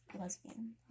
lesbian